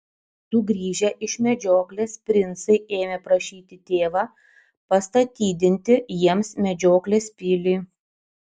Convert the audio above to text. sugrįžę iš medžioklės princai ėmė prašyti tėvą pastatydinti jiems medžioklės pilį